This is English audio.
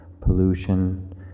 pollution